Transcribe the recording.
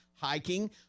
hiking